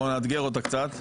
בוא נאתגר אותה קצת.